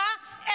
מה?